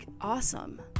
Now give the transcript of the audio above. awesome